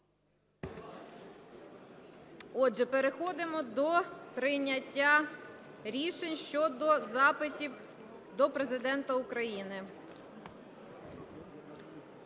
Отже, переходимо до прийняття рішень щодо запитів до Президента України.